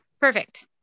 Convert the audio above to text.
Perfect